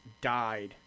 died